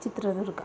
Chitradurga